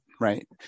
Right